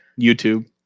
YouTube